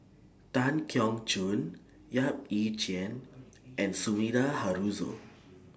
Tan Keong Choon Yap Ee Chian and Sumida Haruzo